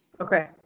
Okay